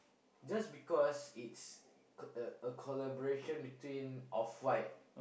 just because it's a collaboration between off white